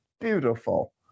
beautiful